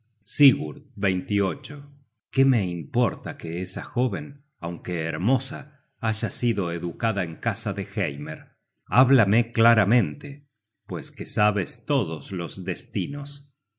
qué me importa que esa jóven aunque hermosa haya sido educada en casa de heimer háblame claramente pues que sabes todos los destinos